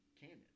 canon